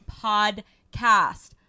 podcast